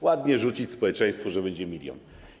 Ładnie rzucić społeczeństwu, że będzie milion.